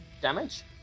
damage